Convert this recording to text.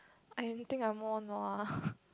I don't think I more nua (pppl)